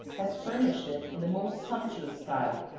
has furnished it in the most sumptuous style,